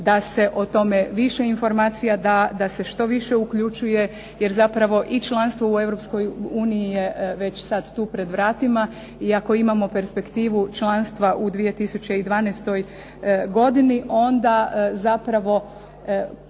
da se o tome više informacija da, da se što više uključuje. Jer zapravo i članstvo u Europskoj uniji je već sad tu pred vratima i ako imamo perspektivu članstva u 2012. godini onda zapravo